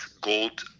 gold